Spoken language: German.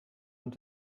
und